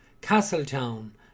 Castletown